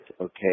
okay